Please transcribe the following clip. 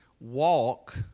walk